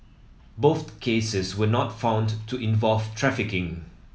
both cases were not found to involve trafficking